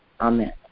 amen